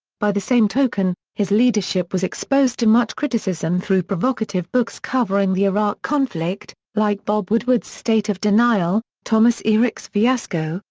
by the same token, his leadership was exposed to much criticism through provocative books covering the iraq conflict, like bob woodward's state of denial, thomas e. ricks' fiasco,